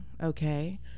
okay